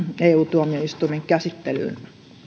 eu tuomioistuimen käsittelyyn